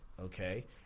okay